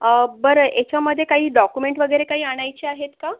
अं बरं ह्याच्यामधे काही डॉक्युमेंट वगैरे काही आणायचे आहेत का